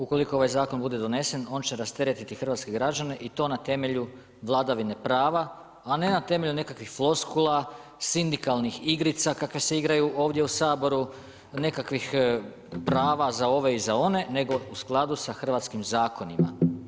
Ukoliko ovaj zakon bude donesen, on će rasteretiti hrvatske građane i to na temelju vladavine prava, a ne na temelju nekakvih floskula, sindikalnih igrica kakve se igraju ovdje u Saboru, nekakvih prava za ove ili za one, nego u skladu sa hrvatskim zakonima.